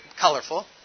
colorful